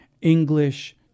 English